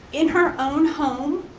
in her own home,